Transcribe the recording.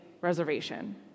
Reservation